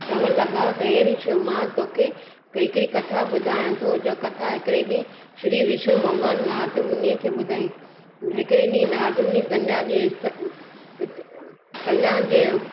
चवणु लॻा त हे ॠषि मां तोखे हिकरी कथा ॿुधायां तो जो कथा हिकिड़े ॾींहुं श्री विष्णु भॻवानु नारदमुनि खे ॿुधाईं हिकिड़े ॾींहुं नारदमुनि गंगा जे स्थ कल्याण जे